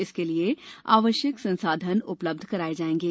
इसके लिए आवश्यक संसाधन उपलब्ध कराये जाएगे